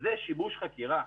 זה שיבוש חקירה.